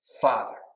Father